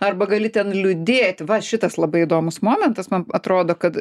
arba gali ten liūdėti va šitas labai įdomus momentas man atrodo kad